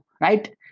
right